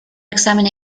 examen